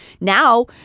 now